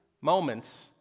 moments